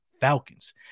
falcons